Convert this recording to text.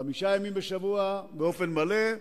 חמישה ימים בשבוע באופן מלא,